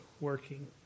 working